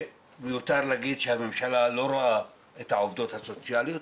מיותר להגיד שהממשלה לא רואה את העובדים הסוציאליים